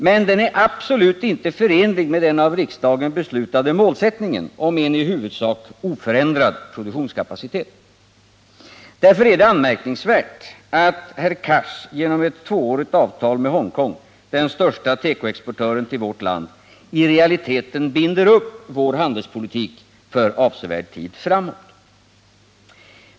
Men den är absolut inte förenlig med den av riksdagen beslutade målsättningen om en i huvudsak oförändrad produktionskapacitet. Därför är det anmärkningsvärt att herr Cars genom ett tvåårigt avtal med Hongkong, den största tekoexportören till vårt land, i realiteten binder upp vår handelspolitik för avsevärd tid framåt.